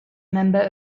member